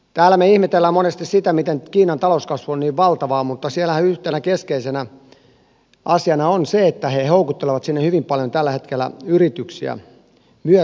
täällä me ihmettelemme monesti sitä miten kiinan talouskasvu on niin valtavaa mutta siellähän yhtenä keskeisenä asiana on se että he houkuttelevat sinne tällä hetkellä hyvin paljon yrityksiä myös suomesta